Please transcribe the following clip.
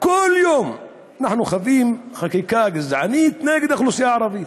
כל יום אנחנו חווים חקיקה גזענית נגד האוכלוסייה הערבית.